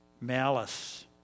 malice